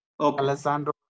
alessandro